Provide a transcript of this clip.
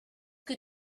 que